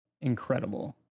incredible